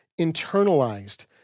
internalized